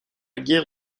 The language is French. guerre